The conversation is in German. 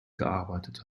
gearbeitet